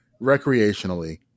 recreationally